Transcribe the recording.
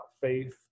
faith